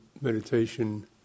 meditation